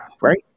Right